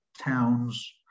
towns